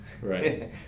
Right